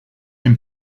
him